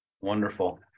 Wonderful